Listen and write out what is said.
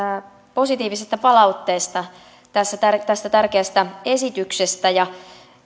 positiivisesta palautteesta tästä tärkeästä esityksestä ja